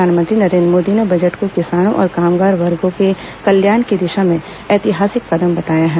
प्रधानमंत्री नरेन्द्र मोदी ने बजट को किसानों और कामगार वर्गों के कल्याण की दिशा में ऐतिहासिक कदम बताया है